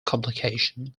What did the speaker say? complication